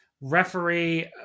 referee